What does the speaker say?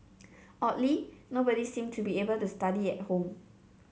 oddly nobody seemed to be able to study at home